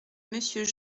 monsieur